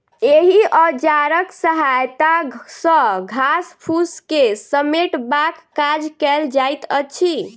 एहि औजारक सहायता सॅ घास फूस के समेटबाक काज कयल जाइत अछि